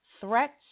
threats